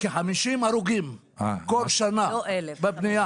כ-50 הרוגים כל שנה בבנייה.